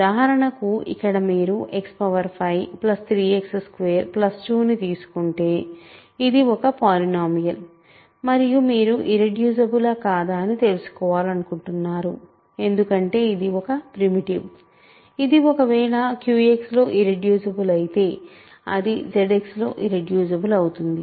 ఉదాహరణకు ఇక్కడ మీరు X53X22 ను తీసుకుంటే ఇది ఒక పాలినోమియల్ మరియు మీరు ఇర్రెడ్యూసిబులా కాదా అని తెలుసుకోవాలనుకుంటున్నారు ఎందుకంటే ఇది ఒక ప్రిమిటివ్ ఇది ఒకవేళ QX లో ఇర్రెడ్యూసిబుల్ అయితే అది ZX లో ఇరెడ్యూసిబుల్ అవుతుంది